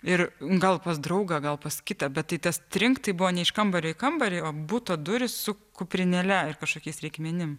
ir gal pas draugą gal pas kitą bet tai tas trinkt buvo ne iš kambario į kambarį o buto durys su kuprinėle ir kažkokiais reikmenim